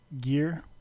gear